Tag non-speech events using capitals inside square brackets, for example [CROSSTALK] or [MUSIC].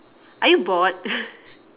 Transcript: are you bored [NOISE]